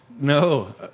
No